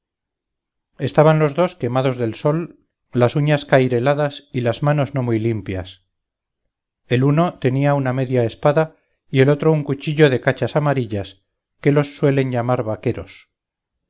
estaban los dos quemados del sol las uñas caireladas y las manos no muy limpias el uno tenía una media espada y el otro un cuchillo de cachas amarillas que los suelen llamar vaqueros